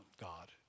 God